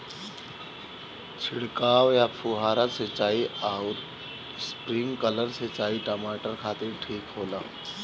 छिड़काव या फुहारा सिंचाई आउर स्प्रिंकलर सिंचाई टमाटर खातिर ठीक होला?